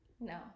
No